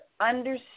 understand